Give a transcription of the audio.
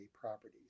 properties